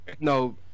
no